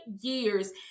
years